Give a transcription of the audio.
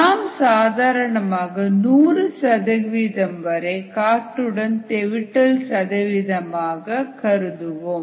நாம் சாதாரணமாக 100 சதவிகிதம் வரை காற்றுடன் தெவிட்டல் சதவிகிதமாக கருதுவோம்